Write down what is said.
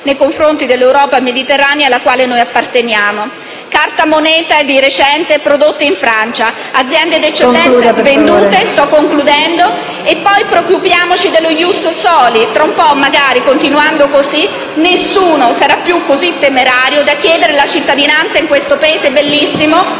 nei confronti dell'Europa mediterranea alla quale noi apparteniamo. Carta moneta di recente prodotta in Francia, aziende d'eccellenza svendute e poi preoccupiamoci dello *ius soli:* tra un po' magari, continuando così, nessuno più sarà così temerario da chiedere la cittadinanza a questo Paese bellissimo,